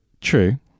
true